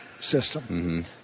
system